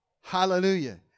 Hallelujah